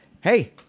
Hey